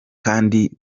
kandi